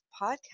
podcast